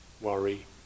worry